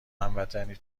هموطنی